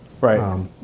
Right